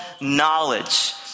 knowledge